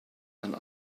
and